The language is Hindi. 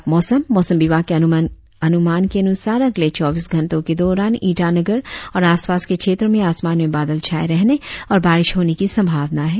और अब मौसम मौसम विभाग के अनुमान के अनुसार अगले चौबीस घंटो के दौरान ईटानगर और आसपास के क्षेत्रो में आसमान में बादल छाये रहने और बारिस होने की संभावना है